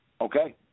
okay